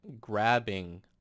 grabbing